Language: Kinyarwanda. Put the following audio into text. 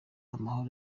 amahoro